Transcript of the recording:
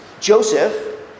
Joseph